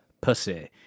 pussy